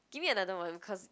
give me another one cause